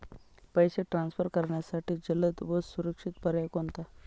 पैसे ट्रान्सफर करण्यासाठी जलद व सुरक्षित पर्याय कोणता?